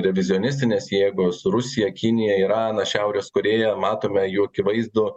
revizionistinės jėgos rusija kinija iranas šiaurės korėja matome jų akivaizdų